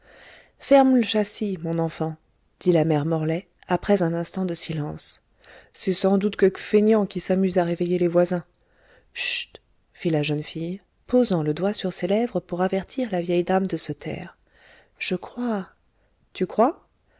ferme l'châssis mon enfant dit la mère morlaix après un instant de silence c'est sans doute queuque faignant qui s'amuse à réveiller les voisins chut fit la jeune fille posant le doigt sur ses lèvres pour avertir la vieille dame de se taire je crois tu crois